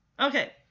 Okay